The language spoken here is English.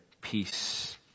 peace